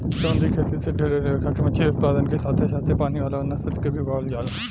समुंद्री खेती से ढेरे लेखा के मछली उत्पादन के साथे साथे पानी वाला वनस्पति के भी उगावल जाला